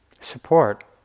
support